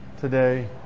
today